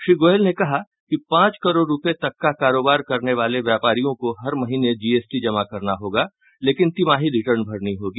श्री गोयल ने कहा कि पांच करोड़ रुपये तक का कारोबार करने वाले व्यापारियों को हर महीने जीएसटी जमा करना होगा लेकिन तिमाही रिटर्न भरनी होगी